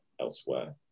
elsewhere